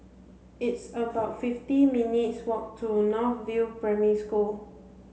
it's about fifty minutes walk to North View Primary School